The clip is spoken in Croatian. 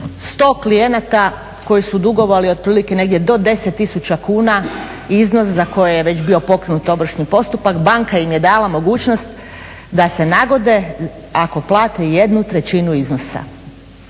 100 klijenata koji su dugovali otprilike negdje do 10 tisuća kuna iznos za koji je već bio pokrenut ovršni postupak, banka im je dala mogućnost da se nagode ako plate jednu trećinu iznosa.